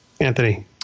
Anthony